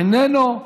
איננו,